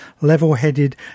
level-headed